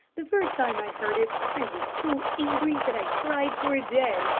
the first time i heard it, i was so angry that i cried for a day,